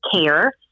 care